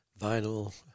vinyl